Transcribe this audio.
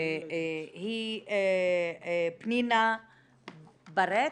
--- פנינה ברט,